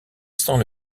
sans